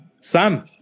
Sam